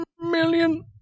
Million